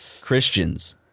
Christians